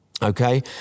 Okay